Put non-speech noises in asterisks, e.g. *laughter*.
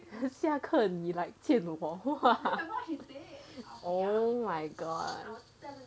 下课你 like 见我 !wah! *laughs* oh my god